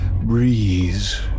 breeze